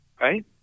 Right